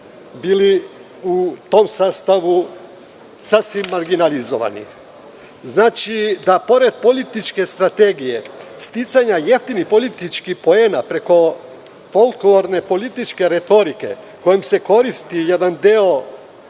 bili u tom sastavu sasvim marginalizovani. Pored političke strategije, sticanja jeftinih političkih poena preko folklorne političke retorike, kojom se koristi jedan deo